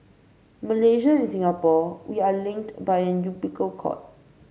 Malaysia and Singapore we are linked by an umbilical cord